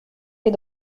les